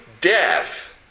death